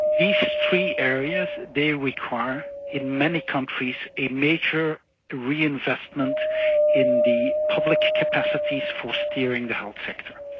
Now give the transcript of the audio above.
these three areas they require in many countries a major reinvestment in the public capacities for steering the health sector.